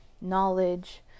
knowledge